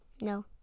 No